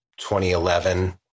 2011